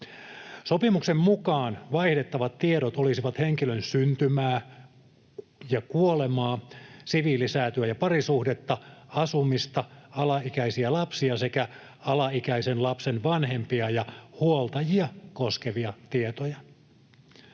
Sopimuksen mukaan vaihdettavat tiedot olisivat henkilön syntymää ja kuolemaa, siviilisäätyä ja parisuhdetta, asumista, alaikäisiä lapsia sekä alaikäisen lapsen vanhempia ja huoltajia koskevia tietoja.